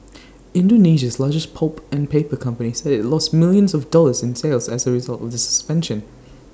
Indonesia's largest pulp and paper company said IT lost millions of dollars in sales as A result of the suspension